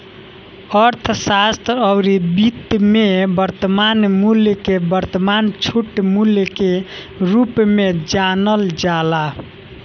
अर्थशास्त्र अउरी वित्त में वर्तमान मूल्य के वर्तमान छूट मूल्य के रूप में जानल जाला